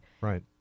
Right